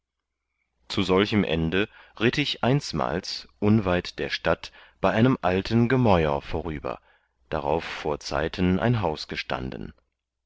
zu solchem ende ritt ich einsmals unweit der stadt bei einem alten gemäur vorüber darauf vorzeiten ein haus gestanden